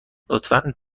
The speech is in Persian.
لطفا